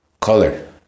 color